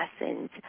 lessons